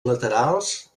laterals